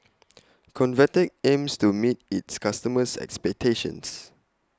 Convatec aims to meet its customers' expectations